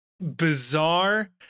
bizarre